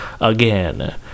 again